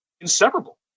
inseparable